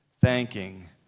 thanking